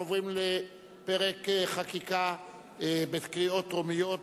אנחנו עוברים לפרק חקיקה בקריאה טרומית,